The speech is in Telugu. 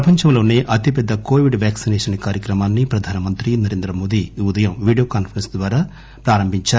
ప్రపంచంలోనే అతిపెద్ద కొవిడ్ వ్యాక్సినేషస్ కార్యక్రమాన్నిప్రధానమంత్రి నరేంద్రమోదీ ఈ ఉదయం వీడియో కాన్పరెస్స్ ద్వారా ప్రధానమంత్రి ప్రారంభించారు